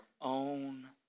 own